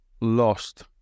lost